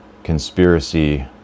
conspiracy